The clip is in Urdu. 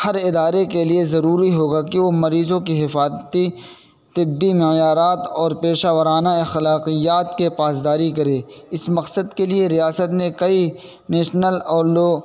ہر ادارے کے لیے ضروری ہوگا کہ وہ مریضوں کی حفاظتی طبی معیارات اور پیشہ وارانہ اخلاقیات کے پاسداری کرے اس مقصد کے لیے ریاست نے کئی نیشنل اور لو